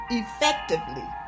effectively